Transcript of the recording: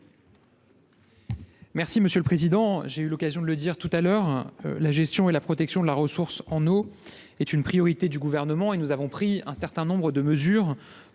Merci monsieur le président, j'ai eu l'occasion de le dire tout à l'heure, la gestion et la protection de la ressource en eau est une priorité du gouvernement et nous avons pris un certain nombre de mesures